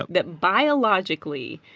that biologically,